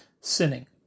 sinning